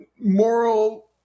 moral